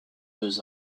deux